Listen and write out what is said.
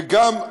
וגם,